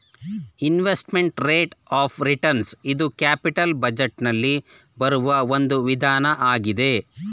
investment rate of return ಇದು capital budget ನಲ್ಲಿ ಬರುವ ಒಂದು ವಿಧಾನ ಆಗಿದೆ